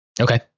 Okay